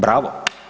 Bravo.